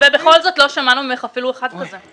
ובכל זאת לא שמענו ממך אפילו אחד כזה.